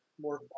more